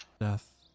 Death